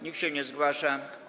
Nikt się nie zgłasza.